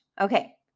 Okay